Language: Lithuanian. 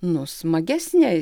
nu smagesnė